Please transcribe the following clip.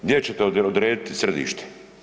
Gdje ćete odrediti središte?